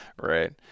Right